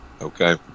Okay